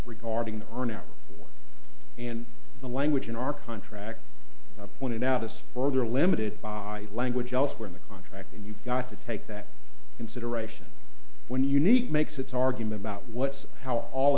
regarding our now and the language in our contract i pointed out this for their limited body language elsewhere in the contract and you've got to take that consideration when unique makes its argument about what's how all